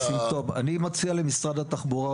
אני מציע למשרד התחבורה,